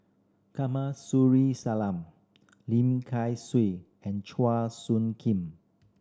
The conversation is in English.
Kamsari Salam Lim Kay Siu and Chua Soo Khim